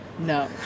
No